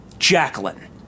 Jacqueline